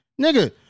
nigga